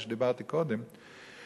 כפי שדיברתי קודם,